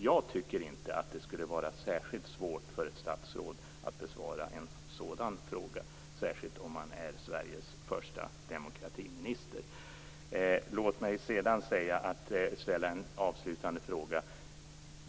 Jag tycker inte att det skulle vara särskilt svårt för ett statsråd att besvara en sådan fråga, särskilt inte om man är Sveriges första demokratiminister. Låt mig sedan ställa en avslutande fråga.